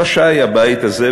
רשאי הבית הזה,